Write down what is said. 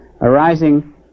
arising